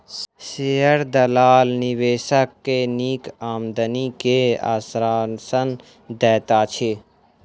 share दलाल निवेशक के नीक आमदनी के आश्वासन दैत अछि